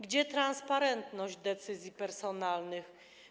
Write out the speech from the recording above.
Gdzie transparentność decyzji personalnych?